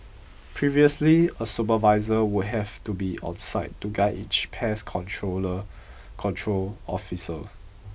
previously a supervisor would have to be on site to guide each pest controller control officer